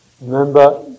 Remember